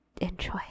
enjoy